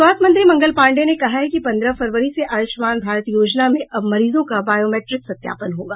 स्वास्थ्य मंत्री मंगल पांडेय ने कहा है कि पन्द्रह फरवरी से आयुष्मान भारत योजना में अब मरीजों का बायोमेट्रिक सत्यापन होगा